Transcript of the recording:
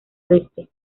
oeste